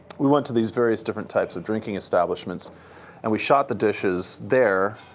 we went to these various different types of drinking establishments and we shot the dishes there.